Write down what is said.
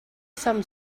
sam